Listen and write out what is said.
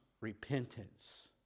repentance